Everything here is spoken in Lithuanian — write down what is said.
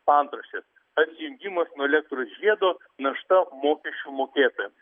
paantraštės atsijungimas nuo elektros žiedo našta mokesčių mokėtojams